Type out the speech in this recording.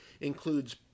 includes